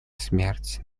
смерть